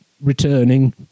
returning